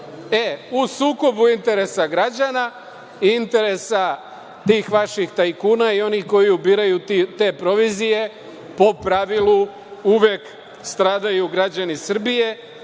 E, u sukobu interesa građana, interesa tih vaših tajkuna i onih koji ubiraju te provizije, po pravilu, uvek stradaju građani Srbije